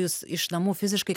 jus iš namų fiziškai